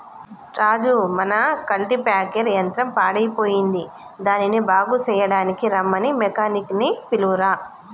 రాజు మన కల్టిప్యాకెర్ యంత్రం పాడయ్యిపోయింది దానిని బాగు సెయ్యడానికీ రమ్మని మెకానిక్ నీ పిలువురా